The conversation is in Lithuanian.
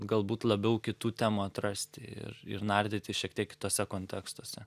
galbūt labiau kitų temų atrasti ir ir nardyti šiek tiek kituose kontekstuose